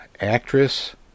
actress